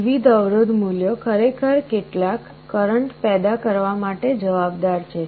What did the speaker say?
વિવિધ અવરોધ મૂલ્યો ખરેખર કેટલાક કરંટ પેદા કરવા માટે જવાબદાર છે